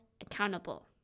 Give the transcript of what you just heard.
accountable